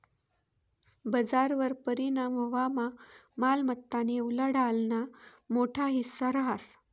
बजारवर परिणाम व्हवामा मालमत्तानी उलाढालना मोठा हिस्सा रहास